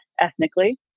ethnically